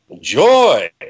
Joy